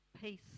peace